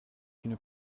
une